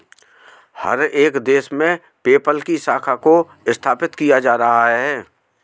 हर एक देश में पेपल की शाखा को स्थापित किया जा रहा है